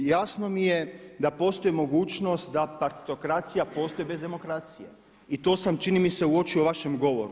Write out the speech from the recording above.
Jasno mi je da postoji mogućnost da partitokracija postoji bez demokracije i to sam čini mi se uočio u vašem govoru.